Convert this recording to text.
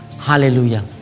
Hallelujah